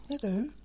hello